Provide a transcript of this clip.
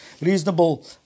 reasonable